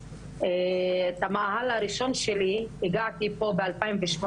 את המאהל הראשון שלי, הגעתי פה ב-2018,